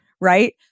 right